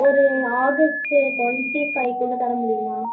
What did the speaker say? ஒரு August twenty ஃபைக்குள்ளே தர முடியுமா